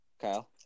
Kyle